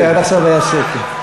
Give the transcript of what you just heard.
עד עכשיו היה שקט.